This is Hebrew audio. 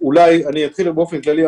אציג באופן כללי.